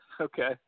okay